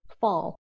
Fall